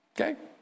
Okay